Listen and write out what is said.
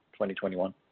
2021